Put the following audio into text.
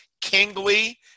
kingly